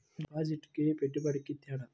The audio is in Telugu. డిపాజిట్కి పెట్టుబడికి తేడా?